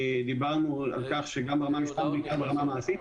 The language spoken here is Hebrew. דיברנו על כך גם ברמה המשפטית וגם ברמה המעשית.